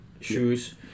shoes